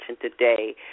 today